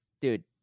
dude